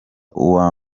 uwa